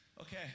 Okay